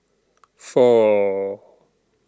four